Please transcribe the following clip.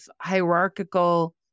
hierarchical